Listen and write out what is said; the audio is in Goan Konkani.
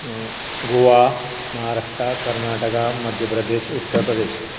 गोवा महाराष्ट्रा कर्नाटका मद्य प्रदेश उत्त प्रदेश